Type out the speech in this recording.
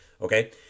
okay